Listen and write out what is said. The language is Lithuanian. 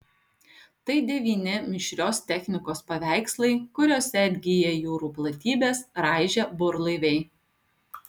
tai devyni mišrios technikos paveikslai kuriose atgyja jūrų platybes raižę burlaiviai